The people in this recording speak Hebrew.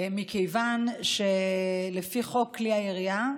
מכיוון שלפי חוק כלי הירייה,